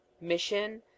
Mission